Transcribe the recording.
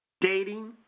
dating